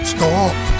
Stop